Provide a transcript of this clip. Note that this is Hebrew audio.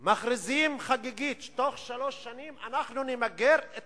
הם מכריזים חגיגית: בתוך שלוש שנים נמגר את